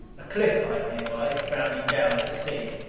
a cliff height nearby, frowning down at the sea.